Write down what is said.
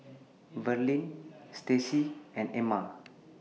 Verlin Stacey and Erna